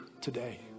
today